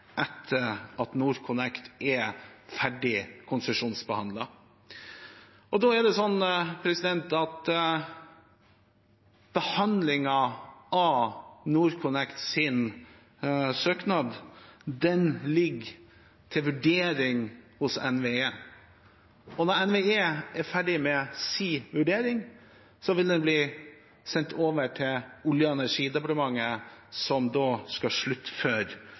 etter at NorthConnect er ferdig konsesjonsbehandlet. Det er sånn at behandlingen av NorthConnect sin søknad ligger til vurdering hos NVE. Når NVE er ferdig med sin vurdering, vil den bli sendt over til Olje- og energidepartementet, som da skal